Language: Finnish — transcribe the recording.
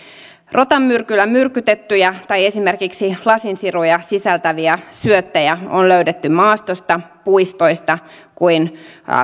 rotanmyrkyllä myrkytettyjä tai esimerkiksi lasinsiruja sisältäviä syöttejä on löydetty niin maastosta puistoista kuin